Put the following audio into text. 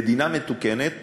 מדינה מתוקנת